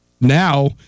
now